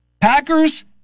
Packers